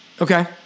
Okay